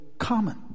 common